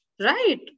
right